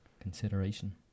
consideration